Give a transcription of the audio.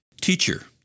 Teacher